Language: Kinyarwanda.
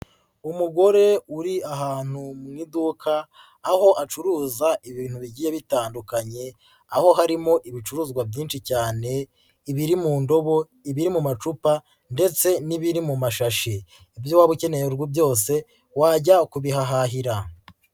Umugore uri ahantu mu iduka aho acuruza ibintu bigiye bitandukanye, aho harimo ibicuruzwa byinshi cyane ibiri mu ndobo, ibiri mu macupa ndetse n'biri mu mashashi, ibyo waba ukeneye urugo byose wajya kubihahahira.